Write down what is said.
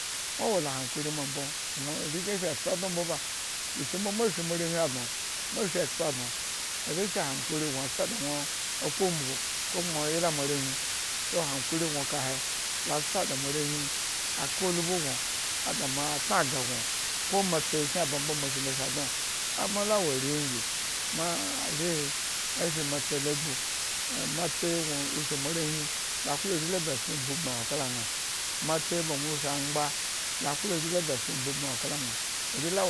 hankuri ma mbo arenkyen shi mbo mashi moarenwhi a nwo moa shi ekbo anwo reshi hankuri no a sa da nwo kpo umbugu ko kuma o yrag moarenwhi so hankuri nwo ka he la sa da ma arenwhi aka ulupu gno ada mo anag aga nwo ko matsayin kyen aba mbo moashi lo shi nwo a mo la wo ari gi ma ari ashi matsayin lo agbu, matsayin nwo shi moarewhin aklo ari la ba eson agbu ubin a wo kala ña ari la